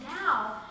now